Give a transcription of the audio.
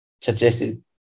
suggested